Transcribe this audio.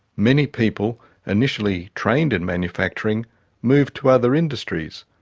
many people initially trained in manufacturing move to other industries.